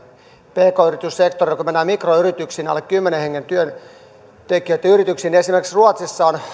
pk yrityssektorilla niin kun mennään mikroyrityksiin alle kymmenen hengen työntekijöitten yrityksiin niin esimerkiksi ruotsissa